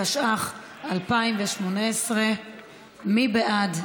התשע"ח 2018. מי בעד?